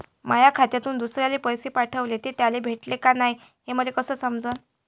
माया खात्यातून दुसऱ्याले पैसे पाठवले, ते त्याले भेटले का नाय हे मले कस समजन?